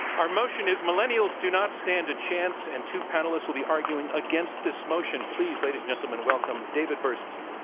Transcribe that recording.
our motion is millennials do not stand a chance. and two panelists will be arguing against this motion. please, ladies and gentlemen, welcome david burstein.